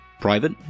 private